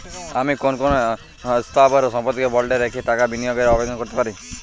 আমি কোন কোন স্থাবর সম্পত্তিকে বন্ডে রেখে টাকা বিনিয়োগের আবেদন করতে পারি?